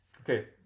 Okay